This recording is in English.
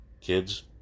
Kids